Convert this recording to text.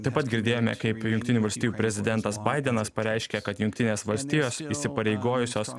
taip pat girdėjome kaip jungtinių valstijų prezidentas baidenas pareiškė kad jungtinės valstijos įsipareigojusios